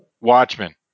Watchmen